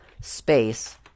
space